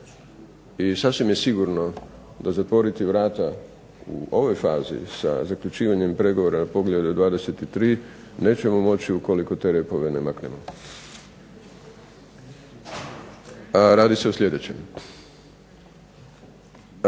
I sasvim je sigurno da zatvoriti vrata u ovoj fazi sa zaključivanjem pregovora za poglavlje 23. nećemo moći ukoliko te repove ne maknemo. A radi se o sljedećem.